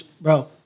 bro